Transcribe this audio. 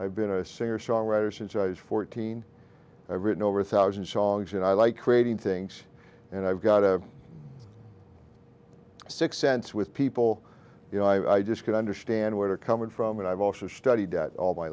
i've been a singer songwriter since i was fourteen i've written over a thousand songs and i like creating things and i've got a sick sense with people you know i just could understand where they're coming from and i've also studied that all my